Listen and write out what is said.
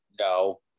no